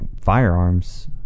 firearms